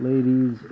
Ladies